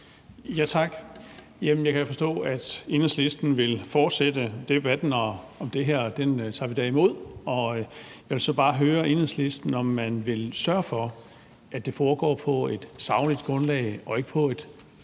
Jamen jeg kan forstå, at Enhedslisten vil fortsætte debatten om det her, og det tager vi da imod. Jeg vil så bare høre Enhedslisten, om man vil sørge for, at det foregår på et sagligt grundlag og ikke på et